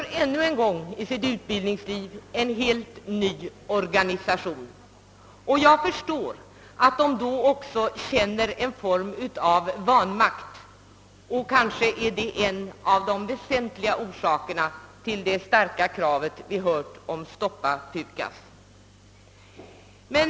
Jo, än en sång under sin studietid möter de en helt ny organisation. Jag förstår att de vid detta möte känner en form av vanmakt. Detta är måhända en av de väseniligaste orsakerna till de starka krav vi hört från ungdomen att stoppa PU KAS.